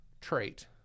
trait